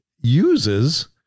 uses